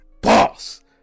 boss